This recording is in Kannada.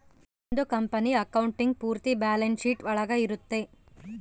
ಒಂದ್ ಕಂಪನಿ ಅಕೌಂಟಿಂಗ್ ಪೂರ್ತಿ ಬ್ಯಾಲನ್ಸ್ ಶೀಟ್ ಒಳಗ ಇರುತ್ತೆ